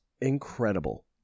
Incredible